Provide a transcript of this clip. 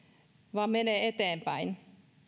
vaan menee eteenpäin